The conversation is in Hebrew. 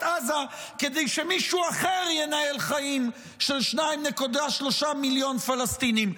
עזה כדי שמישהו אחר ינהל חיים של 2.3 מיליון פלסטינים.